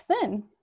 sin